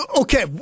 Okay